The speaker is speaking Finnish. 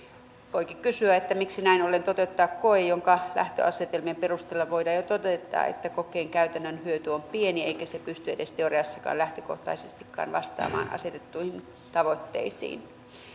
voikin kysyä miksi näin ollen toteuttaa koe jonka lähtöasetelmien perusteella jo voidaan todeta että kokeen käytännön hyöty on pieni eikä se pysty edes teoriassakaan lähtökohtaisestikaan vastaamaan asetettuihin tavoitteisiin